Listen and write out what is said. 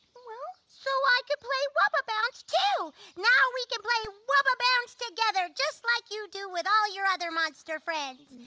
well so i could play wubber bounce too. now we can play wubber bounce together, just like you do with all your other monster friends.